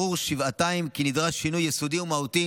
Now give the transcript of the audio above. ברור שבעתיים כי נדרש שינוי יסודי ומהותי